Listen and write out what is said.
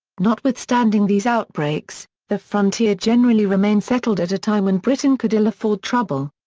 notwithstanding these outbreaks, the frontier generally remained settled at a time when britain could ill afford trouble.